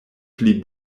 pli